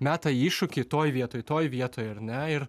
meta iššūkį toj vietoj toj vietoj ar ne ir